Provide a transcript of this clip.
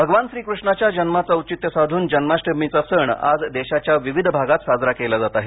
भगवान श्रीकृष्णाच्या जन्माचे औचित्य साधून जन्माष्टमीचा सण आज देशाच्या विविध भागात साजरा केला जात आहे